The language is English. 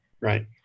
Right